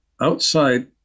outside